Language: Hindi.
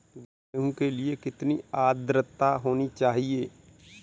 गेहूँ के लिए कितनी आद्रता होनी चाहिए?